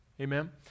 Amen